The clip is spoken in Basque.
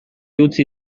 utzi